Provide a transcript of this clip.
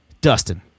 Dustin